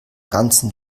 ganzen